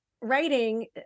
writing